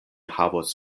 havos